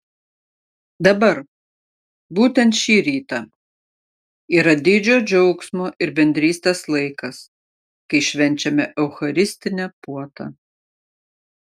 dabar būtent šį rytą yra didžio džiaugsmo ir bendrystės laikas kai švenčiame eucharistinę puotą